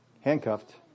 handcuffed